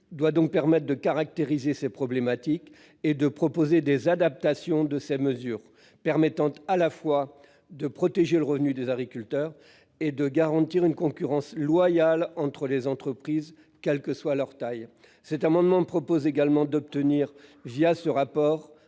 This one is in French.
doit donc permettre de caractériser ces problématiques et de proposer des adaptations de ces mesures qui permettent à la fois de protéger le revenu des agriculteurs et de garantir une concurrence loyale entre les entreprises, quelle que soit leur taille. Cet amendement vise également à obtenir, ce rapport,